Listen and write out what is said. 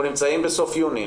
אנחנו נמצאים בסוף יוני,